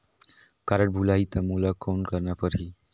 Card भुलाही ता मोला कौन करना परही?